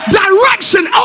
direction